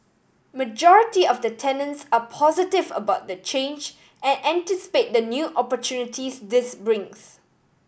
majority of the tenants are positive about the change and anticipate the new opportunities this brings